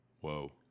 Whoa